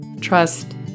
trust